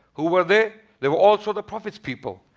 who were they? they were also the prophets people,